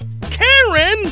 Karen